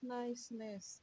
niceness